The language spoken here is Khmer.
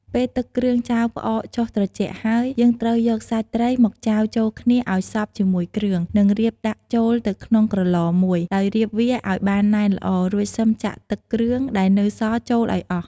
ពេលទឹកគ្រឿងចាវផ្អកចុះត្រជាក់ហើយ យើងត្រូវយកសាច់ត្រីមកចាវចូលគ្នាឱ្យសព្វជាមួយគ្រឿង និងរៀបដាក់ចូលទៅក្នុងក្រឡមួយ ដោយរៀបវាឱ្យបានណែនល្អ រួចសឹមចាក់ទឹកគ្រឿងដែលនៅសល់ចូលឱ្យអស់។